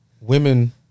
women